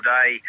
day